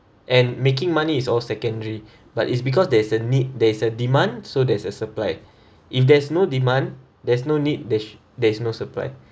and making money is all secondary but it's because there's a need there's a demand so there's a supply if there's no demand there's no need dish there is no supply